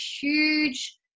huge